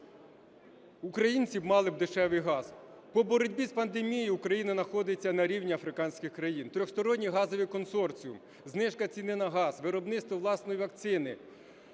українці мали б дешевий газ. По боротьбі з пандемією Україна знаходиться на рівні африканських країн. Тристоронній газовий консорціум, знижка ціни на газ, виробництво власної вакцини,